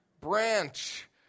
Branch